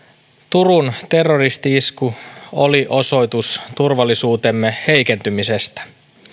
turun terroristi isku oli osoitus turvallisuutemme heikentymisestä